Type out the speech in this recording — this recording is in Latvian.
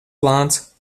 plāns